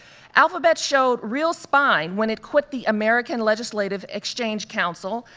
alphabet showed real spine when it quit the american legislative exchange council,